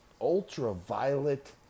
Ultraviolet